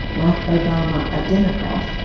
like obama, a democrat,